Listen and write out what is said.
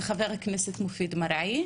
זה חה"כ מופיד מרעי.